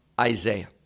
isaiah